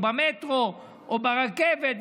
במטרו או ברכבת,